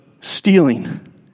stealing